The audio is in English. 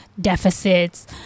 deficits